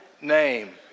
name